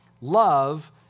love